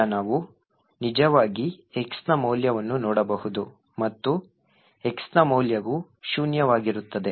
ಈಗ ನಾವು ನಿಜವಾಗಿ x ನ ಮೌಲ್ಯವನ್ನು ನೋಡಬಹುದು ಮತ್ತು x ನ ಮೌಲ್ಯವು ಶೂನ್ಯವಾಗಿರುತ್ತದೆ